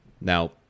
Now